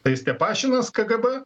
tai stepašinas kgb